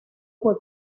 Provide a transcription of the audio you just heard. fue